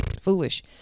foolish